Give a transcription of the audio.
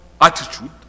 attitude